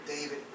David